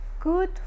good